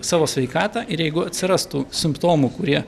savo sveikatą ir jeigu atsirastų simptomų kurie